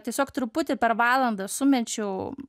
tiesiog truputį per valandą sumečiau